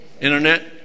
Internet